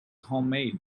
homemade